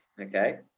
Okay